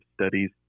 studies